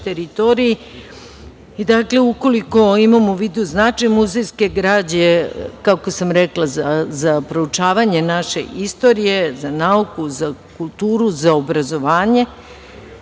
Dakle, ukoliko imamo u vidu značaj muzejske građe, kako sam rekla, za proučavanje naše istorije, za nauku, za kulturu, za obrazovanje,